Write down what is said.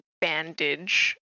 bandage